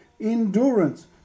endurance